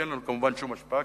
שאין לנו כמובן שום השפעה,